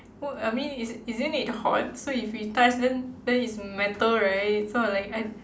what I mean is isn't it hot so if you touch then then it's metal right so I like I